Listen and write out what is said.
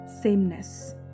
sameness